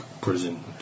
prison